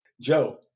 Joe